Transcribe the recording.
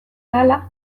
ahala